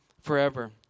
forever